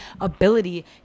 ability